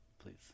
please